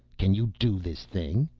can you do this thing?